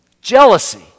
Jealousy